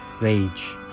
Rage